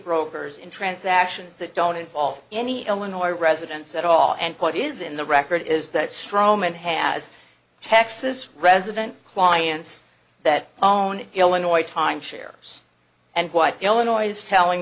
brokers in transactions that don't involve any illinois residents at all and what is in the record is that stroman has texas resident clients that own illinois timeshares and why illinois telling